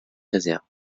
réserves